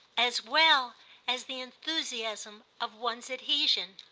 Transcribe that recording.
as well as the enthusiasm of one's adhesion?